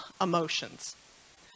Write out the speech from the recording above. emotions